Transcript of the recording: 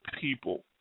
people